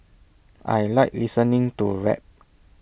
I Like listening to rap